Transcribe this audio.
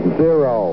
zero